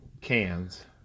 Cans